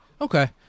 okay